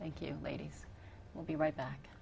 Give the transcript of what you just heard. thank you ladies we'll be right back